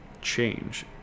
change